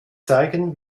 zeigen